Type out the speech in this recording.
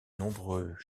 nombreux